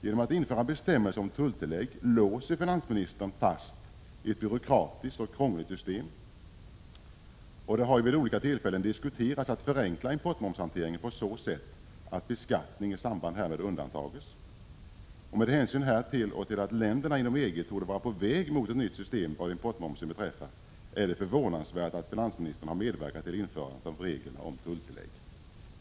Genom att införa bestämmelserna om tulltillägg låser finansministern fast ett byråkratiskt och krångligt system. Det har ju vid olika tillfällen diskuterats att förenkla importmomshanteringen på så sätt att beskattning i samband härmed undantas. Med hänsyn härtill och till att länderna inom EG torde vara på väg mot ett nytt system vad importmomsen beträffar är det förvånansvärt att finansministern har medverkat till införandet av reglerna om tulltillägg.